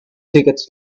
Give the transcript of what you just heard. tickets